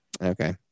okay